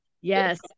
Yes